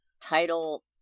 title